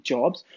Jobs